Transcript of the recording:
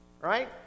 right